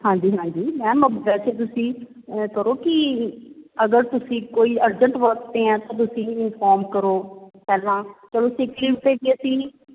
ਹਾਂਜੀ ਹਾਂਜੀ ਮੈਮ ਵੈਸੇ ਤੁਸੀਂ ਕਰੋ ਕਿ ਅਗਰ ਤੁਸੀਂ ਕੋਈ ਅਰਜੈਂਟ ਵਰਕ 'ਤੇ ਆ ਤਾਂ ਤੁਸੀਂ ਵੀ ਇਨਫੋਰਮ ਕਰੋ ਪਹਿਲਾਂ ਚਲੋਂ ਸੀਕ ਲੀਵ 'ਤੇ ਅਸੀਂ